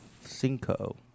Cinco